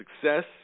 success